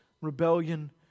rebellion